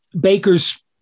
Baker's